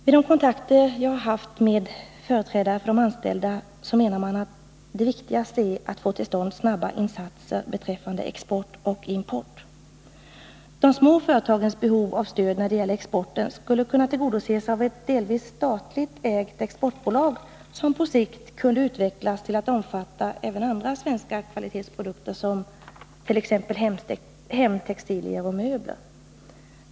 Vid de kontakter som jag har haft med företrädare för de anställda har det visat sig att man anser att det viktigaste är att få till stånd snara insatser när det gäller export och import. De små företagens behov av stöd beträffande exporten skulle kunna tillgodoses av ett delvis statligt ägt exportbolag, som på sikt kunde utvecklas till att handla med även andra svenska kvalitetsprodukter, t.ex. hemtextilier och möbler.